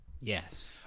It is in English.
Yes